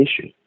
issue